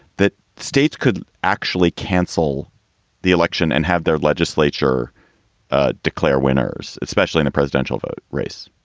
that states could actually cancel the election and have their legislature ah declare winners, especially the presidential vote race?